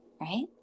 right